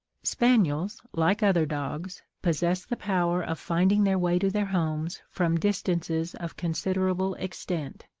spaniels, like other dogs, possess the power of finding their way to their homes from distances of considerable extent,